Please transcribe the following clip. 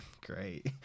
Great